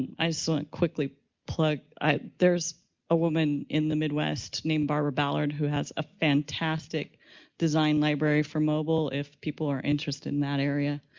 i saw and quickly plugged, there's a woman in the mid-west named barbara ballard who has a fantastic design library for mobile if people are interested in that area.